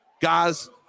guys